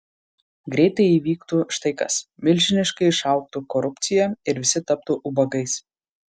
greitai įvyktų štai kas milžiniškai išaugtų korupcija ir visi taptų ubagais